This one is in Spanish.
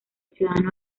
cuidado